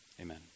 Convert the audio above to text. Amen